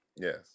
Yes